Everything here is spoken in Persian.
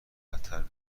بدتر